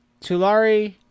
Tulare